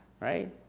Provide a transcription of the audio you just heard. Right